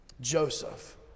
Joseph